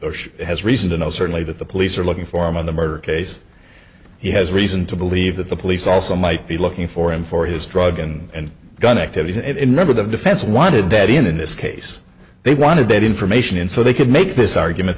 ocean has reason to know certainly that the police are looking for him in the murder case he has reason to believe that the police also might be looking for him for his drug and gun activities and never the defense wanted that in this case they want to date information so they could make this argument